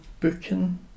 booking